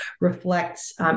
reflects